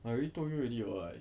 I already told you already [what]